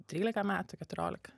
trylika metų keturiolika